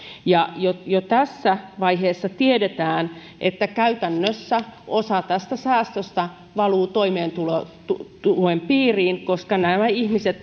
jo tässä vaiheessa tiedetään että käytännössä osa tästä säästöstä valuu toimeentulotuen piiriin koska nämä ihmiset